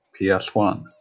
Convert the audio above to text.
PS1